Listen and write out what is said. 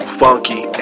funky